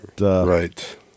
Right